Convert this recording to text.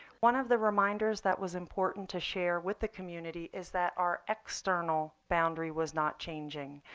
one of the reminders that was important to share with the community is that our external boundary was not changing.